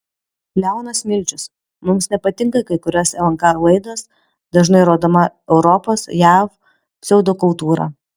leonas milčius mums nepatinka kai kurios lnk laidos dažnai rodoma europos jav pseudokultūra